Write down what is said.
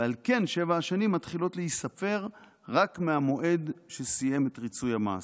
ועל כן שבע השנים מתחילות להיספר רק מהמועד שהוא סיים את ריצוי המאסר,